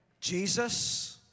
Jesus